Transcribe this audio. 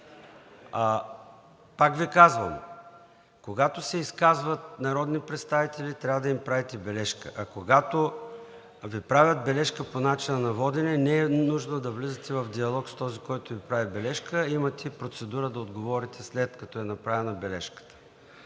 Пак Ви казвам, когато се изказват народни представители, трябва да им правите бележка. А когато Ви правят бележка по начина на водене, не е нужно да влизате в диалог с този, който Ви прави бележка – имате процедура да отговорите, след като е направена бележката.